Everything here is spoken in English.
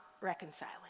reconciling